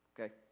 okay